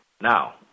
Now